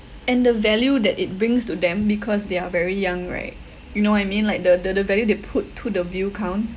and the value that it brings to them because they are very young right you know what I mean like the the the value they put to the view count